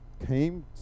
came